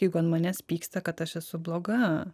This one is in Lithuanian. jeigu ant manęs pyksta kad aš esu bloga